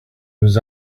was